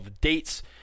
dates